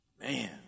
Man